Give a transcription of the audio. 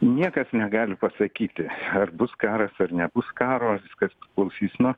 niekas negali pasakyti ar bus karas ar nebus karo viskas priklausys nuo